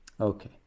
Okay